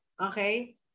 okay